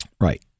Right